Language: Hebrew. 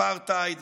אפרטהייד